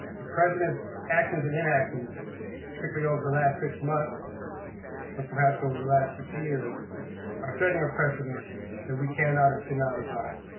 the president's actions and in actions over the last six months or perhaps over the last six years are setting a precedent that we cannot and should not abide.